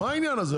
מה העניין הזה?